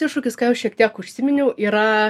iššūkis ką jau šiek tiek užsiminiau yra